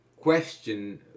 question